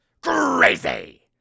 crazy